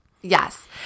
Yes